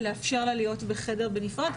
ולאפשר לה להיות בחדר בנפרד,